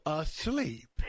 asleep